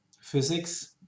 physics